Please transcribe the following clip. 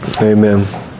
Amen